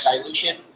dilution